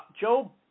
Joe